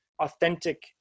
authentic